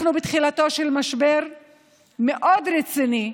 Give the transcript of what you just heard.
אנחנו בתחילתו של משבר מאוד רציני.